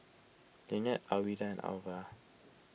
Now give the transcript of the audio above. Linette Alwilda and Alva